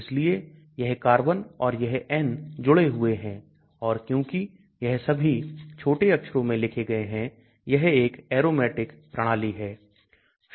इसलिए यह कार्बन और यह N जुड़े हुए हैं और क्योंकि यह सभी छोटे अक्षरों में लिखे गए हैं यह एक aromatic प्रणाली है